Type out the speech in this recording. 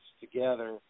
together